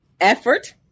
Effort